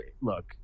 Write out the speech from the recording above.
look